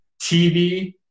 TV